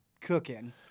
cooking